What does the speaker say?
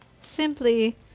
simply